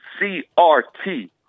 CRT